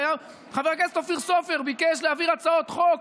הינה, חבר הכנסת אופיר סופר ביקש להעביר הצעות חוק